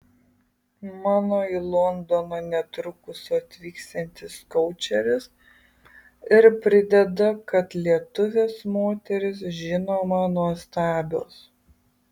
mano į londoną netrukus atvyksiantis koučeris ir prideda kad lietuvės moterys žinoma nuostabios